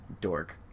dork